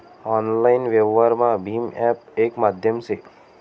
online व्यवहारमा भीम app येक माध्यम से